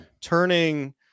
turning